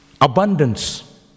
Abundance